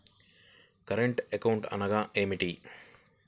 Current account అనగా ఏమిటి?